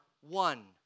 one